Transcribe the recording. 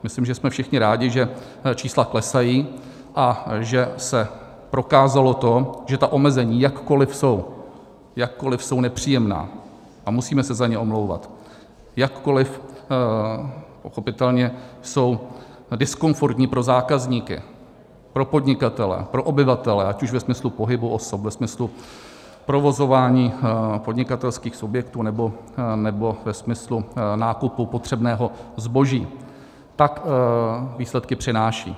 Myslím, že jsme všichni rádi, že čísla klesají a že se prokázalo to, že ta omezení, jakkoli jsou nepříjemná a musíme se za ně omlouvat, jakkoli pochopitelně jsou diskomfortní pro zákazníky, pro podnikatele, pro obyvatele, ať už ve smyslu pohybu osob, ve smyslu provozování podnikatelských objektů, nebo ve smyslu nákupu potřebného zboží, tak výsledky přináší.